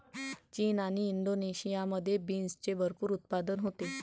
चीन आणि इंडोनेशियामध्ये बीन्सचे भरपूर उत्पादन होते